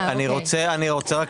אני מנסה,